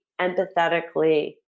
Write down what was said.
empathetically